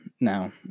now